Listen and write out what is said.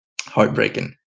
Heartbreaking